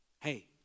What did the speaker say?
Hey